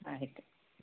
ಆಯಿತು